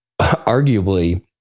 arguably